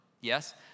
Yes